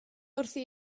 wrthi